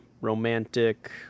romantic